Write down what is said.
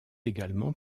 également